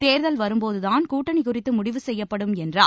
தேர்தல் வரும்போதுதான் கூட்டணி குறித்து முடிவு செய்யப்படும் என்றார்